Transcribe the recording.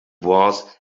was